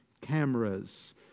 cameras